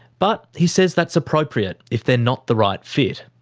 but he says that's appropriate if they're not the right fit.